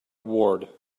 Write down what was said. ward